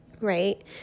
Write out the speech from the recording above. Right